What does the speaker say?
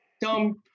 dumb